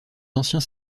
anciens